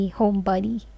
homebody